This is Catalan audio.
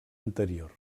anterior